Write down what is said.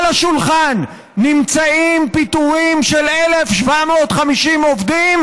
על השולחן נמצאים פיטורים של 1,750 עובדים,